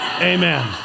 Amen